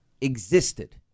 existed